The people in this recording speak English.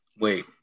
Wait